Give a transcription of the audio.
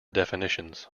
definitions